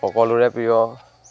সকলোৰে প্ৰিয়